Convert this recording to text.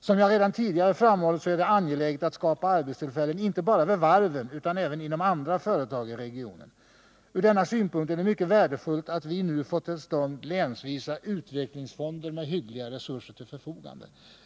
Som jag redan tidigare framhållit, är det angeläget att skapa arbetstillfällen inte bara vid varven utan även inom andra företag i regionen. Ur denna synpunkt är det mycket värdefullt, att vi nu fått till stånd länsvisa utvecklingsfonder med hyggliga resurser till förfogande.